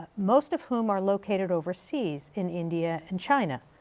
most of whom are located overseas, in india and china.